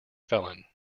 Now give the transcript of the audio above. felon